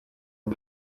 and